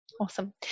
Awesome